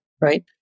right